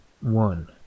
one